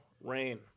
rain